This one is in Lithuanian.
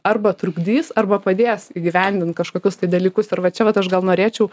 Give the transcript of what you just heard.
arba trukdys arba padės įgyvendint kažkokius tai dalykus ir va čia vat aš gal norėčiau